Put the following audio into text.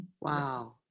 Wow